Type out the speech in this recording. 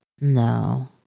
No